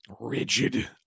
rigid